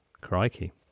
Crikey